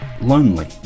lonely